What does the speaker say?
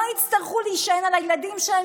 לא יצטרכו להישען על הילדים שלהם,